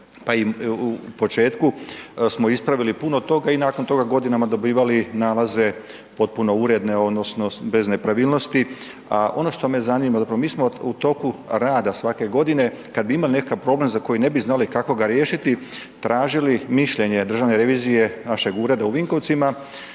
pa i u početku, smo ispravili puno toga i nakon toga godinama dobivali nalaze potpuno uredne odnosno bez nepravilnosti, a ono što me zanima zapravo mi smo u toku rada svake godine kad bi imali nekakav problem za koji ne bi znali kako ga riješiti, tražili mišljenje državne revizije, našeg ureda u Vinkovcima.